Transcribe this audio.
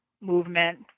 movement